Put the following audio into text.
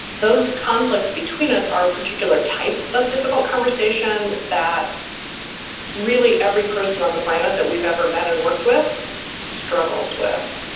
those conflicts between us, our particular type of difficult conversation that really every person on the planet that we've ever met and worked with struggles with.